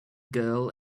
girl